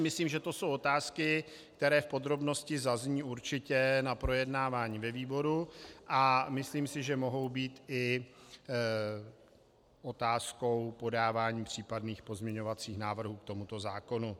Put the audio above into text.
Myslím, že to jsou otázky, které v podrobnosti zazní určitě na projednávání ve výboru, a myslím si, že mohou být i otázkou podávání případných pozměňovacích návrhů k tomuto zákonu.